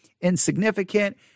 insignificant